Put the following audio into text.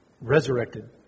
resurrected